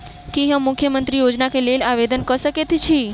की हम मुख्यमंत्री योजना केँ लेल आवेदन कऽ सकैत छी?